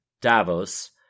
Davos